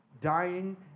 dying